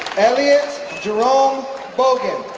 eliot jerome bogan,